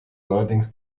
neuerdings